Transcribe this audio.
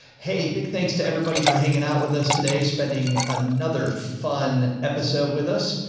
hey, big. thanks to everybody for hanging out with us today. spending another fun episode with us.